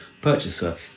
purchaser